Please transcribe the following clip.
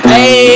Hey